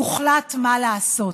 יוחלט מה לעשות.